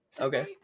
Okay